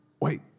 wait